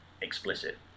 explicit